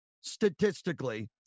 statistically